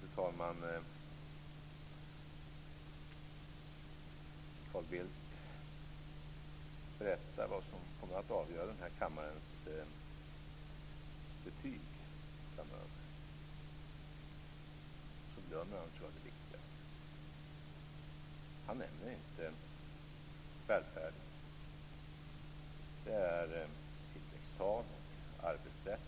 Fru talman! När Carl Bildt berättar vad som kommer att avgöra den här kammarens betyg framöver glömmer han det viktigaste. Han nämner inte välfärden. Det är tillväxttal och arbetsrätt,